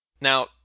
now